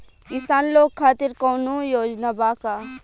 किसान लोग खातिर कौनों योजना बा का?